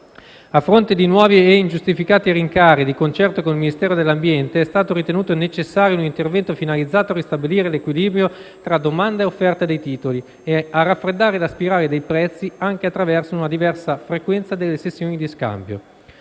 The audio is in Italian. A fronte di nuovi e ingiustificati rincari, di concerto con il Ministero dell'ambiente, è stato ritenuto necessario un intervento finalizzato a ristabilire l'equilibrio tra domanda e offerta di titoli e a raffreddare la spirale dei prezzi, anche attraverso una diversa frequenza delle sessioni di scambio.